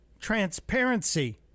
transparency